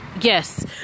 Yes